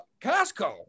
Costco